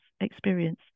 experience